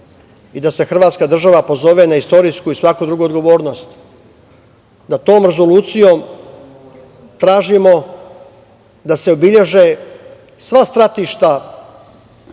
i da se hrvatska država pozove na istorijsku i svaku drugu odgovornost, da tom rezolucijom tražimo da se obeleže sva stratišta